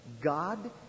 God